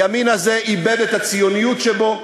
הימין הזה איבד את הציוניות שבו,